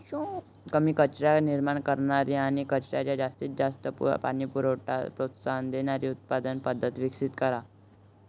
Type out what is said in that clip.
कमी कचरा निर्माण करणारी आणि कचऱ्याच्या जास्तीत जास्त पुनर्वापराला प्रोत्साहन देणारी उत्पादन पद्धत विकसित करा